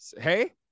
hey